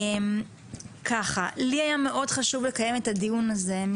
היה לי מאוד חשוב לקיים את הדיון הזה,